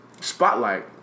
spotlight